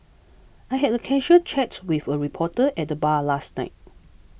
I had a casual chats with a reporter at the bar last night